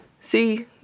See